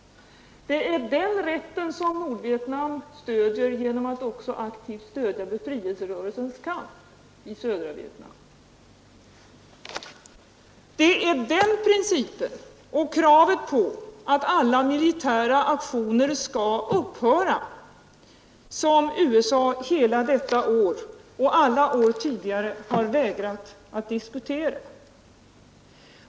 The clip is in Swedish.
Det är den rätten som Nordvietnam stöder genom att också aktivt stödja befrielserörelsens kamp i södra Vietnam. Det är den principen och kravet på att alla militära aktioner skall upphöra som USA hela detta år, och alla tidigare år, har vägrat att diskutera.